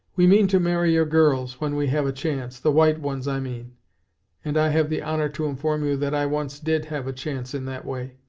we mean to marry your girls, when we have a chance the white ones, i mean and i have the honor to inform you that i once did have a chance in that way.